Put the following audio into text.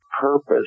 purpose